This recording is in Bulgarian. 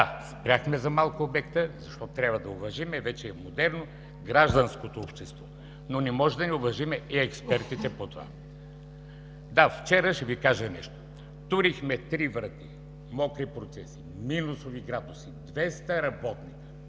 спряхме за малко обекта, защото трябва да уважим – вече е модерно, гражданското общество, но не може да не уважим и експертите. Ще Ви кажа нещо. Вчера турихме три врати. Мокри процеси, минусови градуси, 200 работници